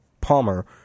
Palmer